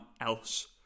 else